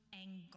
angle